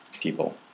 people